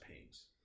pains